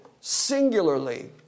singularly